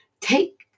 Take